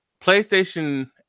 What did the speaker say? PlayStation